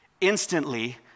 Instantly